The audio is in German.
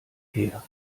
her